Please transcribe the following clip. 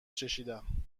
چشیدم